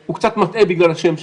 הוא קצת מטעה בגלל השם שלו.